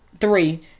Three